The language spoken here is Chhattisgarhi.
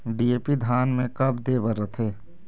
डी.ए.पी धान मे कब दे बर रथे?